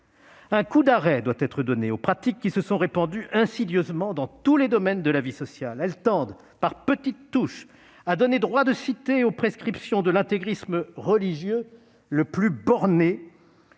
Un coup d'arrêt doit être porté aux pratiques qui se sont répandues insidieusement dans tous les domaines de la vie sociale. Ces pratiques tendent, par petites touches, à donner droit de cité aux prescriptions de l'intégrisme religieux le plus borné,